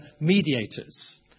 mediators